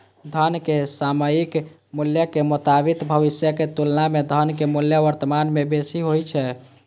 धनक सामयिक मूल्यक मोताबिक भविष्यक तुलना मे धनक मूल्य वर्तमान मे बेसी होइ छै